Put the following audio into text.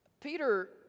Peter